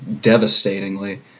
devastatingly